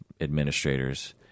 administrators